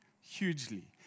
hugely